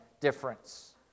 difference